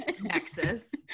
nexus